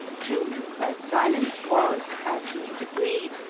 true, her silence was, as he had agreed,